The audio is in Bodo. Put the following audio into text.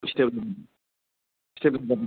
स्टेब स्टेबलाइजारनि